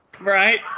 Right